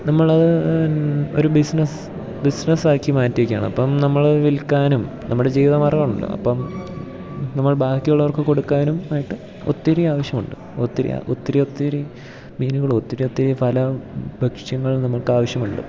നമ്മൾ ഒരു ബിസിനസ്സ് ബിസിനസ്സാക്കി മാറ്റിയിരിക്കുകയാണ് അപ്പം നമ്മൾ വിൽക്കാനും നമ്മുടെ ജീവിത മാർഗമാണല്ലോ അപ്പം നമ്മൾ ബാക്കിയുള്ളവർക്ക് കൊടുക്കാനും ആയിട്ട് ഒത്തിരി ആവശ്യമുണ്ട് ഒത്തിരി ഒത്തിരി ഒത്തിരി മീനുകളും ഒത്തിരി ഒത്തിരി ഫല ഭക്ഷ്യങ്ങൾ നമ്മൾക്കാവശ്യമുണ്ട്